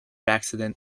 accident